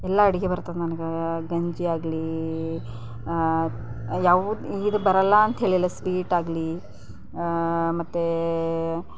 ಎಲ್ಲ ಅಡುಗೆ ಬರ್ತದೆ ನನ್ಗೆ ಗಂಜಿಯಾಗಲಿ ಯಾವುದೂ ಇದು ಬರಲ್ಲ ಅಂಥೇಳಿಲ್ಲ ಸ್ವೀಟಾಗಲಿ ಮತ್ತು